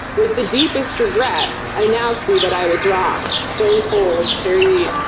with the deepest regret, i now see that i was wrong. stone cold. harry reid.